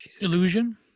illusion